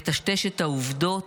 לטשטש את העובדות,